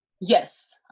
Yes